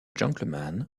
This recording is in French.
gentleman